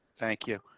thank you.